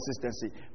consistency